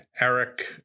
Eric